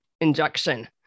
injection